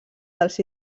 dels